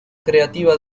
creativa